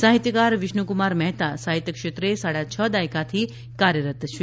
સાહિત્યકાર વિષ્ણુકુમાર મહેતા સાહિત્યક્ષેત્રે સાડા છ દાયકાથી કાર્યરત છે